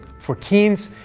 for keynes,